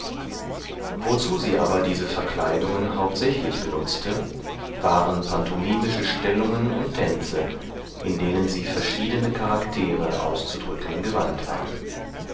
wozu sie aber diese verkleidungen hauptsächlich benutzte waren pantomimische stellungen und tänze in denen sie verschiedene charaktere auszudrücken gewandt war